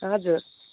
हजुर